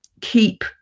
keep